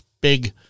big